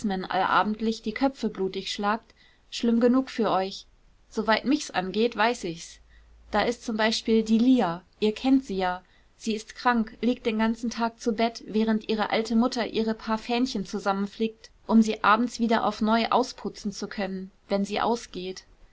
allabendlich die köpfe blutig schlagt schlimm genug für euch soweit mich's angeht weiß ich's da ist zum beispiel die lia ihr kennt sie ja sie ist krank liegt den ganzen tag zu bett während ihre alte mutter ihre paar fähnchen zusammenflickt um sie abends wieder auf neu ausputzen zu können wenn sie ausgeht